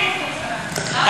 הם לא צריכים,